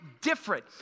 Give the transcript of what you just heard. different